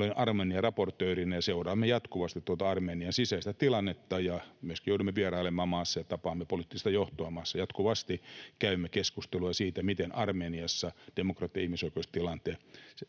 olen Armenia-raportöörinä. Seuraamme jatkuvasti tuota Armenian sisäistä tilannetta ja myöskin joudumme vierailemaan maassa ja tapaamme poliittista johtoa maassa, jatkuvasti käymme keskustelua siitä, miten Armeniassa demokratia ja ihmisoikeustilanne